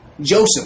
Joseph